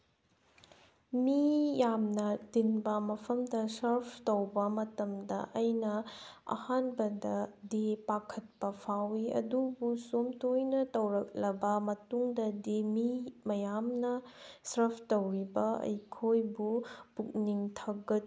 ꯃꯤ ꯌꯥꯝꯅ ꯇꯤꯟꯕ ꯃꯐꯝꯗ ꯁꯥꯔꯐ ꯇꯧꯕ ꯃꯇꯝꯗ ꯑꯩꯅ ꯑꯍꯥꯟꯕꯗꯗꯤ ꯄꯥꯈꯠꯄ ꯐꯥꯎꯋꯤ ꯑꯗꯨꯕꯨ ꯁꯨꯝ ꯇꯣꯏꯅ ꯇꯧꯔꯛꯂꯕ ꯃꯇꯨꯡꯗꯗꯤ ꯃꯤ ꯃꯌꯥꯝꯅ ꯁꯥꯔꯐ ꯇꯧꯔꯤꯕ ꯑꯩꯈꯣꯏꯕꯨ ꯄꯨꯛꯅꯤꯡ